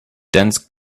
dense